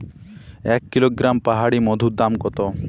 এক কিলোগ্রাম পাহাড়ী মধুর দাম কত?